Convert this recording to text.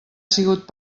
sigut